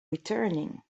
returning